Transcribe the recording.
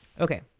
Okay